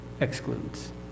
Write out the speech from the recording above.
excludes